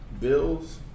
Bills